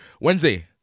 Wednesday